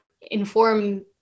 inform